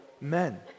men